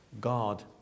God